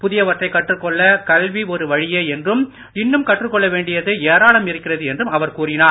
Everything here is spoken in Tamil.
புதியவற்றைக் கற்றுக்கொள்ள கல்வி ஒரு வழியே என்றும் இன்னும் கற்றுகொள்ள வேண்டியது ஏராளம் இருக்கிறது என்றும் அவர் கூறினார்